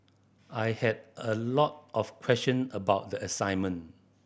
I had a lot of question about the assignment